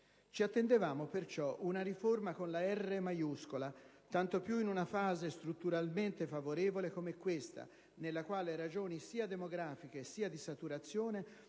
Ci attendevano perciò una riforma con la erre maiuscola, tanto più in una fase strutturalmente favorevole come questa, nella quale ragioni sia demografiche, sia di saturazione